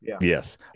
yes